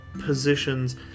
positions